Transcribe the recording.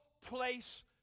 place